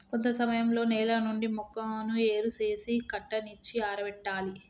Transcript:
కొంత సమయంలో నేల నుండి మొక్కను ఏరు సేసి కట్టనిచ్చి ఆరబెట్టాలి